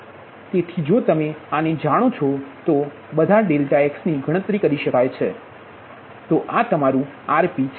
તેથી જો તમે આને જાણો છો તો બધા ∆x ની ગણતરી કરી શકાય છે તો આ તમારુ Rp છે